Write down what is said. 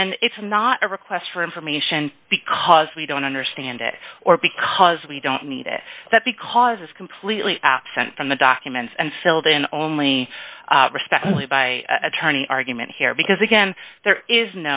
and it's not a request for information because we don't understand it or because we don't need it that because it's completely absent from the documents and filled in only respectfully by attorney argument here because again there is